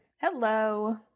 Hello